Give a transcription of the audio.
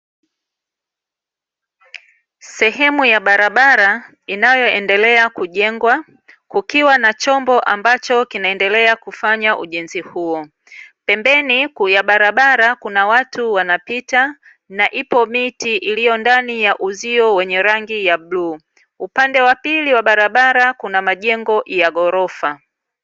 Sehemu ya barabara inayoendelea kujengwa, kukiwa na chombo ambacho kinaendelea kufanya ujenzi huo. Pembeni ya barabara kuna watu wanapita, na ipo miti iliyo ndani ya uzio wenye rangi ya bluu. Upande wa pili wa barabara kuna majengo ya ghorofa.